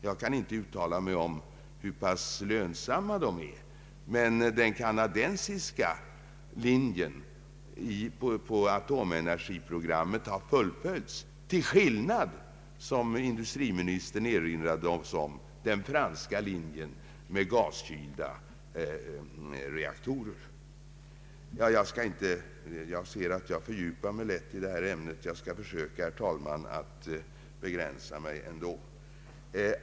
Jag kan inte uttala mig om hur pass lönsamma de är, men den kanadensiska linjen på atomenergiprogrammet har fullföljts — till skillnad, som industriministern också erinrade om, från den franska linjen med gaskylda reaktorer. Jag ser att jag lätt fördjupar mig i detta ämne, och jag skall, herr talman, försöka att begränsa mig.